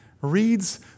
reads